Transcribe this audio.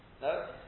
No